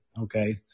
Okay